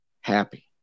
happy